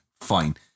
Fine